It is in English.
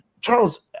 Charles